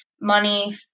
money